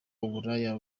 uburaya